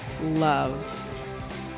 love